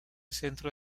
centro